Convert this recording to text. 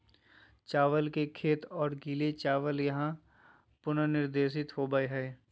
चावल के खेत और गीले चावल यहां पुनर्निर्देशित होबैय हइ